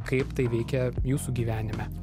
kaip tai veikia jūsų gyvenime